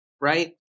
right